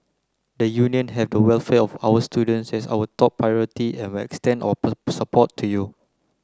the Union have the welfare of our students as our top priority and will extend our support to you